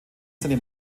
seine